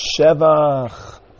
Shevach